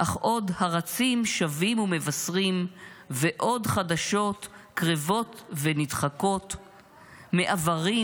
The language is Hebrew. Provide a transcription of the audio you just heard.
אך עוד הרצים שבים ומבשרים / ועוד חדשות קרבות ונדחקות / מעברים,